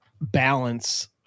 balance